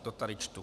To tady čtu.